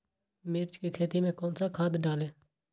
मिर्च की खेती में कौन सा खाद डालें?